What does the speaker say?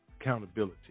accountability